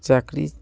চাকরির